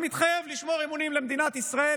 אלא מתחייב לשמור אמונים למדינת ישראל.